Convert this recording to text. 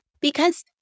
because-